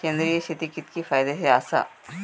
सेंद्रिय शेती कितकी फायदेशीर आसा?